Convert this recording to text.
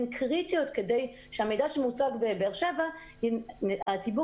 הן קריטיות כדי שהמידע שמוצג בבאר-שבע הציבור